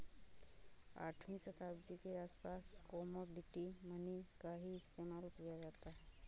आठवीं शताब्दी के आसपास कोमोडिटी मनी का ही इस्तेमाल किया जाता था